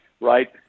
right